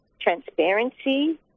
transparency